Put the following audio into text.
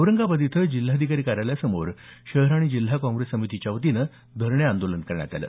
औरंगाबाद इथंही जिल्हाधिकारी कार्यालयासमोर शहर आणि जिल्हा काँग्रेस समितीच्या वतीनं धरणे आंदोलन करण्यात आलं